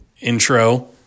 intro